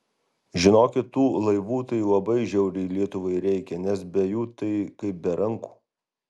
žinokit tų laivų tai labai žiauriai lietuvai reikia nes be jų tai kaip be rankų